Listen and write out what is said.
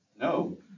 No